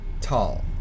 tall